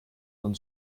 von